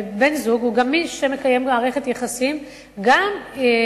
בן-זוג הוא מי שמקיים מערכת יחסים זוגית,